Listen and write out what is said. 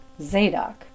Zadok